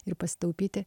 ir pasitaupyti